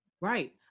Right